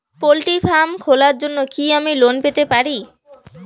Poultry farm খোলার জন্য কি আমি লোন পেতে পারি?